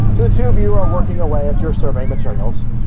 the two of you are working away at your survey materials.